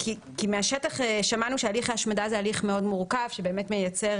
מהשטח שמענו שהליך ההשמדה זה הליך מאוד מורכב שמייצר